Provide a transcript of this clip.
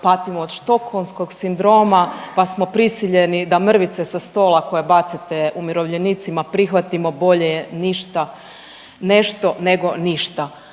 patimo od štokholmskog sindroma pa smo prisiljeni da mrvice sa stola koje bacite umirovljenicima prihvatimo, bolje je ništa, nešto nego ništa,